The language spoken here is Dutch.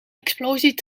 explosie